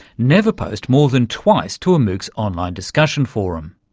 never post more than twice to a moocs online discussion forum.